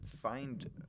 find